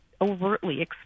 overtly